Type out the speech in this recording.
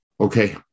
Okay